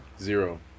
zero